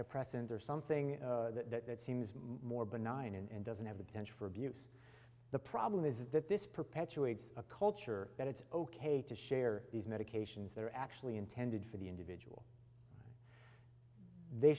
depressant or something that seems more benign and doesn't have the potential for abuse the problem is that this perpetuates a culture that it's ok to share these medications that are actually intended for the individual they